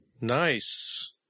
Nice